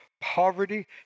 poverty